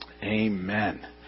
Amen